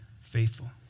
faithful